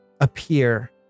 appear